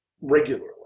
regularly